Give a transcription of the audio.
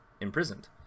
imprisoned